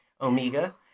Omega